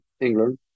England